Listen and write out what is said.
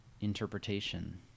interpretation